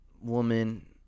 woman